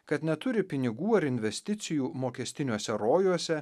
kad neturi pinigų ar investicijų mokestiniuose rojuose